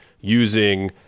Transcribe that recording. using